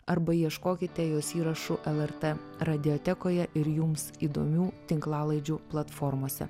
arba ieškokite jos įrašų lrt radiotekoje ir jums įdomių tinklalaidžių platformose